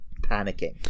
panicking